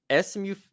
SMU –